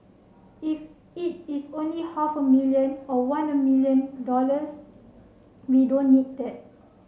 if it is only half a million or one a million dollars we don't need that